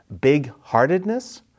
big-heartedness